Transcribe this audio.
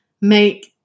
make